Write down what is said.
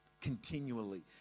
continually